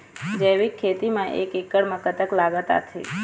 जैविक खेती म एक एकड़ म कतक लागत आथे?